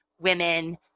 women